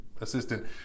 assistant